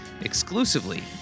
exclusively